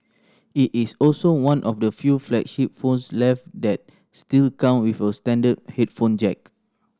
it is also one of the few flagship phones left that still come with a standard headphone jack